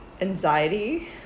anxiety